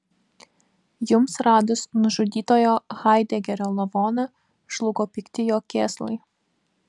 jums radus nužudytojo haidegerio lavoną žlugo pikti jo kėslai